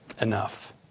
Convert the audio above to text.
enough